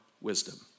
wisdom